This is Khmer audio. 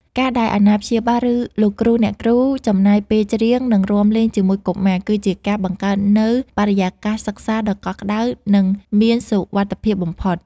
ការដែលអាណាព្យាបាល ឬលោកគ្រូអ្នកគ្រូ ចំណាយពេលច្រៀង និងរាំលេងជាមួយកុមារ គឺជាការបង្កើតនូវបរិយាកាសសិក្សាដ៏កក់ក្តៅ និងមានសុវត្ថិភាពបំផុត